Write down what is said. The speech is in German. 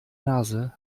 nase